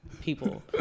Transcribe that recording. people